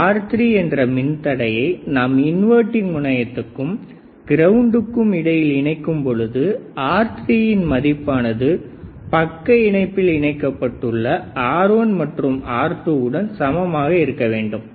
இந்த R3 என்ற மின்தடையை நாம் இன்வர்டிங் முனையத்துக்கும் கிரௌண்டுக்கும் இடையில் இணைக்கும் பொழுது R3யின் மதிப்பானது பக்க இணைப்பில் இணைக்கப்பட்டுள்ள R1 மற்றும் R2 உடன் சமமாக இருக்க வேண்டும்